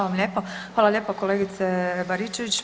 Hvala lijepo kolegice Baričević.